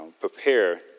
prepare